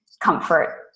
comfort